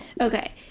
Okay